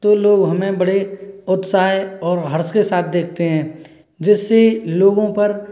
तो लोग हमें बड़े उत्साह और हर्ष के साथ देखते हैं जिससे लोगों पर